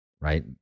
right